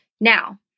Now